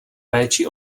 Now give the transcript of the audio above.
péči